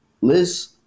Liz